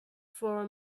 for